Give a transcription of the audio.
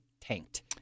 tanked